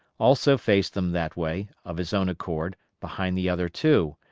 also faced them that way, of his own accord, behind the other two,